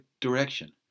direction